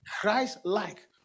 christ-like